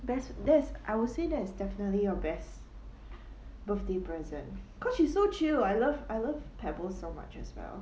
that's that's I would say that is definitely your best birthday present cause she's so chill I love I love pebbles so much as well